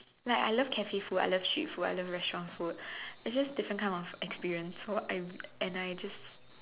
like I love cafe food I love cheap food I love restaurant food it's just different kind of experience so I and I just